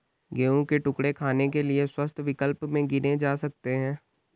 गेहूं के टुकड़े खाने के लिए स्वस्थ विकल्प में गिने जा सकते हैं